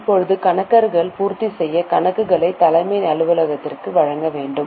இப்போது கணக்காளர்கள் பூர்த்தி செய்த கணக்குகளை தலைமை அலுவலகத்திற்கு வழங்க வேண்டும்